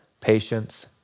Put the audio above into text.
patience